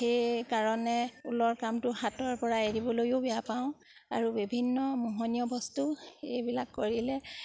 সেইকাৰণে ঊলৰ কামটো হাতৰ পৰা এৰিবলৈয়ো বেয়া পাওঁ আৰু বিভিন্ন মোহনীয় বস্তু এইবিলাক কৰিলে